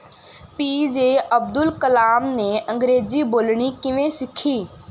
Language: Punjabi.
ਪੀ ਜੇ ਅਬਦੁਲ ਕਲਾਮ ਨੇ ਅੰਗਰੇਜ਼ੀ ਬੋਲਣੀ ਕਿਵੇਂ ਸਿੱਖੀ